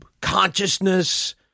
consciousness